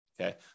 okay